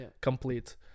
complete